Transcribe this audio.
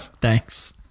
Thanks